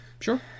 Sure